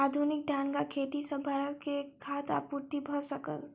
आधुनिक धानक खेती सॅ भारत के खाद्य आपूर्ति भ सकल